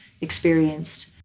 experienced